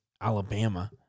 Alabama